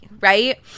right